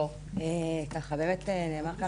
באמת נאמרו כאן,